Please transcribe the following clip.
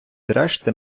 решти